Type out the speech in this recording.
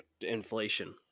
inflation